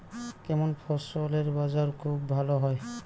কেমন ফসলের বাজার খুব ভালো হয়?